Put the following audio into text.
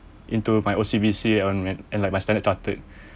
into my O_C_B_C and like my standard chartered